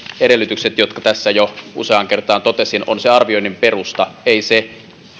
edellytykset jotka tässä jo useaan kertaan totesin ovat se arvioinnin perusta ei se